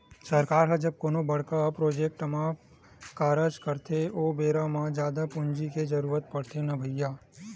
सरकार ह जब कोनो बड़का प्रोजेक्ट म कारज करथे ओ बेरा म जादा पूंजी के जरुरत पड़थे न भैइया